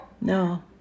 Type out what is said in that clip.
No